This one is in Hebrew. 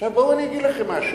בואו ואגיד לכם משהו.